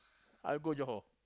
I go Johor